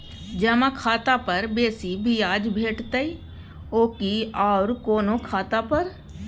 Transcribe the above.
जमा खाता पर बेसी ब्याज भेटितै आकि आर कोनो खाता पर?